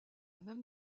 même